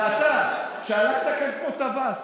תסביר למה לא עשית שירות לאומי.